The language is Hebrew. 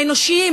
האנושיים,